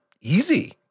easy